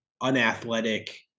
unathletic